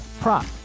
prop